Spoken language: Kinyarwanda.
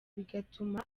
bigatuma